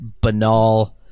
banal